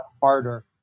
harder